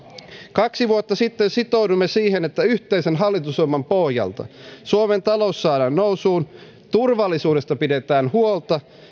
kaksi vuotta sitten sitouduimme siihen että yhteisen hallitusohjelman pohjalta suomen talous saadaan nousuun turvallisuudesta pidetään huolta